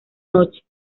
noche